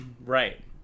Right